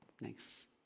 Next